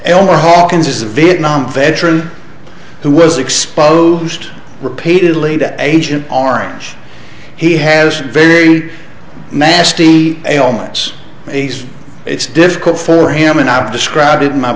elmer hawkins is a vietnam veteran who was exposed repeatedly to agent orange he has very nasty ailments he's it's difficult for him and i've described it in my